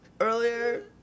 earlier